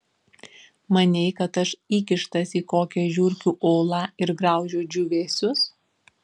manei kad aš įkištas į kokią žiurkių olą ir graužiu džiūvėsius